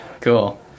Cool